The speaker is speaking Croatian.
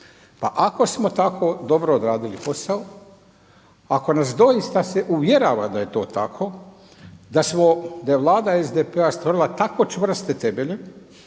Pa ako smo tako dobro odradili posao, ako nas doista se uvjerava da je to tako, da je Vlada SDP-a stvorila tako čvrste temelje